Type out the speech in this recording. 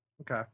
Okay